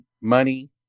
money